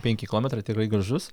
penki kilometrai tikrai gražus